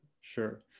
sure